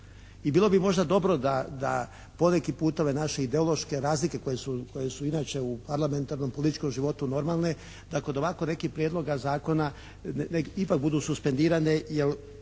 I bilo bi možda dobro da poneki put ove naše ideološke razlike koje su inače u parlamentarnom političkom životu normalne tako da ovako nekih prijedloga zakona ipak budu suspendirane